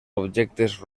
objectes